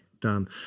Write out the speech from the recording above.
done